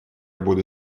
буду